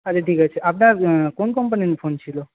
আচ্ছা ঠিক আছে আপনার কোন কোম্পানির ফোন ছিল